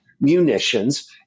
munitions